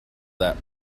that